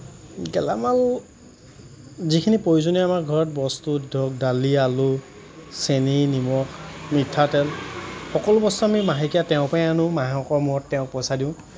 গেলামাল যিখিনি প্ৰয়োজনীয় আমাৰ ঘৰত বস্তু ধৰক দালি আলু চেনি নিমখ মিঠাতেল সকলো বস্তু আমি মাহেকীয়া তেওঁৰ পৰাই আনোঁ মাহেকৰ মূৰত তেওঁক পইচা দিওঁ